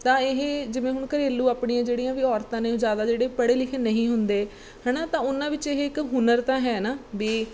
ਤਾਂ ਇਹ ਜਿਵੇਂ ਹੁਣ ਘਰੇਲੂ ਆਪਣੀਆਂ ਜਿਹੜੀਆਂ ਵੀ ਔਰਤਾਂ ਨੇ ਉਹ ਜ਼ਿਆਦਾ ਜਿਹੜੇ ਪੜ੍ਹੇ ਲਿਖੇ ਨਹੀਂ ਹੁੰਦੇ ਹੈ ਨਾ ਤਾਂ ਉਹਨਾਂ ਵਿੱਚ ਇਹ ਇੱਕ ਹੁਨਰ ਤਾਂ ਹੈ ਨਾ ਵੀ